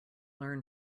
learn